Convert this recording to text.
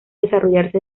desarrollarse